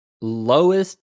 Lowest